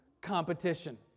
competition